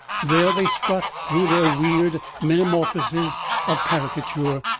there they strut through their weird metamorphoses of caricature,